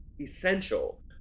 essential